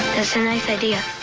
a nice idea.